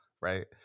right